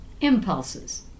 impulses